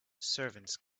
servants